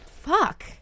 fuck